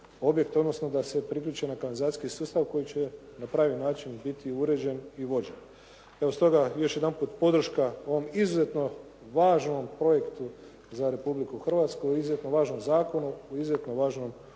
odnosno da se priključe na kanalizacijski sustav koji će na pravi način biti uređen i vođen. Stoga još jedan put podrška ovom izuzetno važnom projektu za Republiku Hrvatsku u izuzetno važnom zakonu u izuzetno važnom